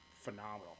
phenomenal